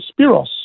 Spiros